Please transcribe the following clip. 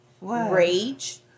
rage